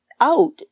out